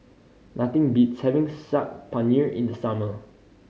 nothing beats having Saag Paneer in the summer